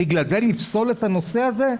בגלל זה לפסול את הנושא הזה?